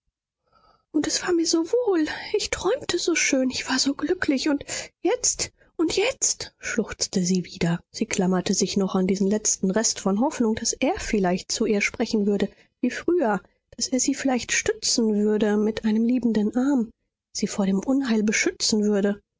und es war mir so wohl ich träumte so schön ich war so glücklich und jetzt und jetzt schluchzte sie wieder sie klammerte sich noch an diesen letzten rest von hoffnung daß er vielleicht zu ihr sprechen würde wie früher daß er sie vielleicht stützen würde mit einem liebenden arm sie vor dem unheil beschützen würde